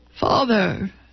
Father